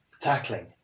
tackling